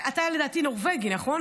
אתה לדעתי נורבגי, נכון?